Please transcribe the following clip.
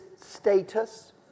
status